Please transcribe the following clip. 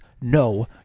no